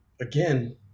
again